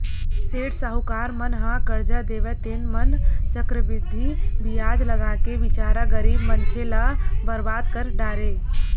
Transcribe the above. सेठ साहूकार मन ह करजा देवय तेन म चक्रबृद्धि बियाज लगाके बिचारा गरीब मनखे ल बरबाद कर डारय